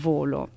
Volo